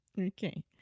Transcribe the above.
Okay